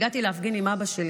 הגעתי להפגין עם אבא שלי